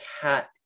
Cat